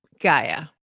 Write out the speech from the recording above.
gaia